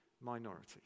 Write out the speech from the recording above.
minority